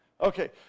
Okay